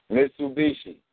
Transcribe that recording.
Mitsubishi